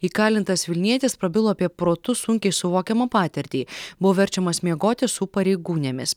įkalintas vilnietis prabilo apie protu sunkiai suvokiamą patirtį buvo verčiamas miegoti su pareigūnėmis